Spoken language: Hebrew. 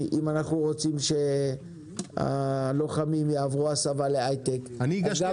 אם אנחנו רוצים שהלוחמים יעברו הסבה להייטק אז גם